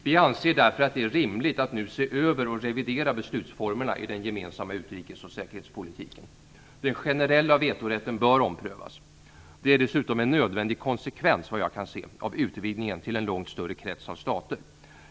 Vi anser därför att det är rimligt att nu se över och revidera beslutsformerna i den gemensamma utrikes och säkerhetspolitiken. Den generella vetorätten bör omprövas. Det är dessutom en nödvändig konsekvens, såvitt jag kan se, av utvidgningen till en långt större krets av stater.